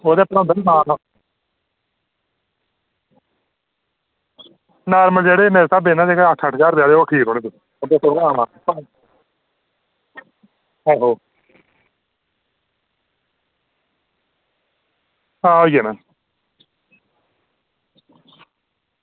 ओह्दे उप्पर होंदा निं कि नांऽ दा नॉर्मल जेह्ड़े अट्ठ अट्ठ दस्स दस्स ज्हार दे न जेह्ड़े ओह् ठीक रौह्ना आहो आं होई जाना